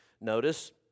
notice